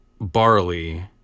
barley